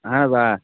اَہَن حظ آ